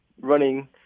running